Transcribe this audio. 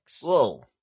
Whoa